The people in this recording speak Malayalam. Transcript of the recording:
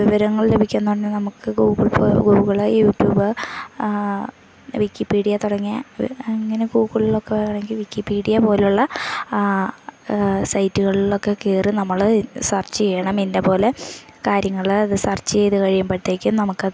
വിവരങ്ങൾ ലഭിക്കുക എന്നു പറഞ്ഞാൽ നമുക്ക് ഗൂഗിൾ ഗൂഗിള് യൂട്യൂബ് വിക്കിപ്പീഡിയ തുടങ്ങിയ അങ്ങനെ ഗൂഗിളിലൊക്കെ വേണമെങ്കിൽ വിക്കിപീഡിയ പോലെയുള്ള സൈറ്റുകളിലൊക്കെ കയറി നമ്മൾ സെർച്ച് ചെയ്യണം ഇന്ന പോലെ കാര്യങ്ങൾ അത് സെർച്ചു ചെയ്തു കഴിയുമ്പോഴത്തേക്കും നമുക്ക് അത്